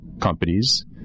companies